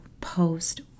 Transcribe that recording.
post